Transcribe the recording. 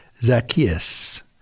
Zacchaeus